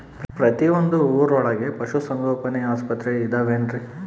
ಪ್ರತಿಯೊಂದು ಊರೊಳಗೆ ಪಶುಸಂಗೋಪನೆ ಆಸ್ಪತ್ರೆ ಅದವೇನ್ರಿ?